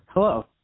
Hello